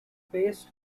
based